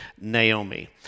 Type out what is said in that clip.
Naomi